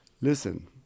Listen